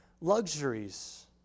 luxuries